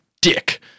dick